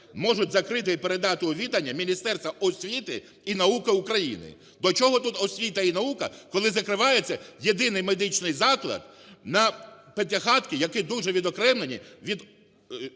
можуть закрити і передати у відання Міністерству освіти і науки України. До чого тут освіта і наука, коли закривається єдиний медичний заклад на П'ятихатках, які дуже відокремлені від